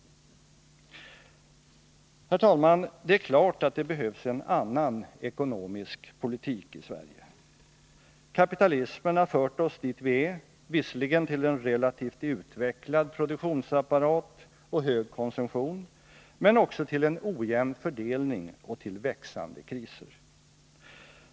Herr talman! Det är klart att det behövs en annan ekonomisk politik i Sverige. Kapitalismen har fört oss dit där vi är, visserligen till en relativt utvecklad produktionsapparat och hög konsumtion men också till en ojämn fördelning och till växande kriser.